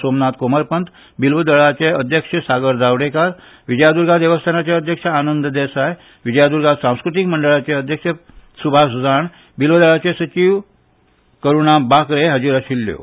सोमनाथ कोमरपंत बिल्वदलचे अध्यक्ष सागर जावडेकार विजयाद्र्गा देवस्थानाचे अध्यक्ष आनंद देसाय विजयाद्र्गा सांस्कृतीक मंडळाचे अध्यक्ष सुभाष जाण बिल्वदलाच्यो सचीव एड करुणा बाक्रे हाजीर आशिल्ल्यो